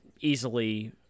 easily